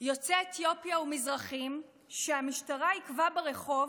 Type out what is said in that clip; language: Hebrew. יוצאי אתיופיה ומזרחים שהמשטרה עיכבה ברחוב